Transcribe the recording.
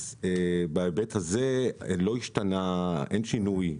אז בהיבט הזה אין שינוי.